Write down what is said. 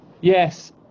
Yes